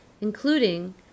including—